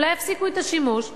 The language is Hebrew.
אולי יפסיקו את השימוש,